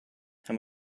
how